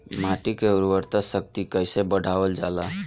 माटी के उर्वता शक्ति कइसे बढ़ावल जाला?